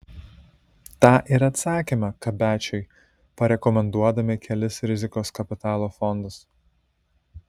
tą ir atsakėme kabečiui parekomenduodami kelis rizikos kapitalo fondus